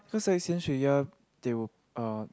cause like yan-shui-ya they will uh